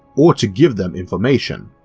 or to give them information.